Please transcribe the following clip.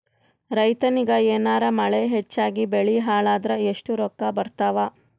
ರೈತನಿಗ ಏನಾರ ಮಳಿ ಹೆಚ್ಚಾಗಿಬೆಳಿ ಹಾಳಾದರ ಎಷ್ಟುರೊಕ್ಕಾ ಬರತ್ತಾವ?